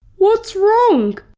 what's wrong?